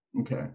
Okay